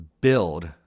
build